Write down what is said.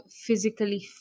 physically